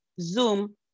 Zoom